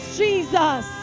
jesus